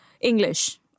English